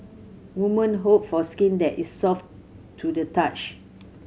woman hope for skin that is soft to the touch